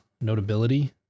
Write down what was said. notability